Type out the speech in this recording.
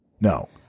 no